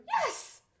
yes